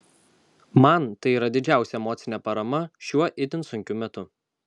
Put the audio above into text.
man tai yra didžiausia emocinė parama šiuo itin sunkiu metu